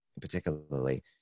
particularly